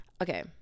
Okay